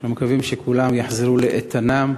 אנחנו מקווים שכולם יחזרו לאיתנם,